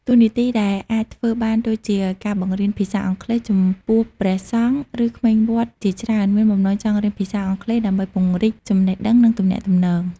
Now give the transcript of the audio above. តួនាទីដែលអាចធ្វើបានដូចជាការបង្រៀនភាសាអង់គ្លេស ចំពោះព្រះសង្ឃ ឬក្មេងវត្តជាច្រើនមានបំណងចង់រៀនភាសាអង់គ្លេសដើម្បីពង្រីកចំណេះដឹង និងទំនាក់ទំនង។